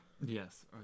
Yes